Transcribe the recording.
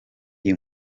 iyi